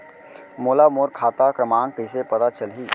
मोला मोर खाता क्रमाँक कइसे पता चलही?